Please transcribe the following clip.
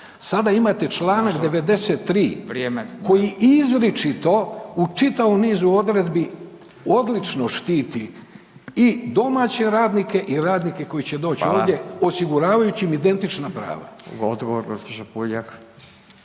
Sada imate čl. 93. koji izričito u čitavom nizu odredbi odlično štiti i domaće radnike i radnike koji će doći ovdje, osiguravajući im identična prava.